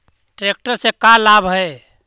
Tractor से का लाभ है?